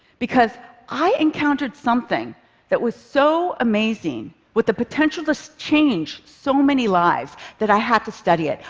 because i encountered something that was so amazing, with the potential to so change so many lives that i had to study it.